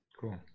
Cool